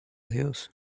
dios